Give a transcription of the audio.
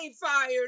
fired